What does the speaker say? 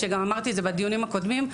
שגם אמרתי בדיונים הקודמים,